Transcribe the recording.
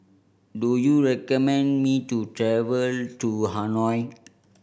do you recommend me to travel to Hanoi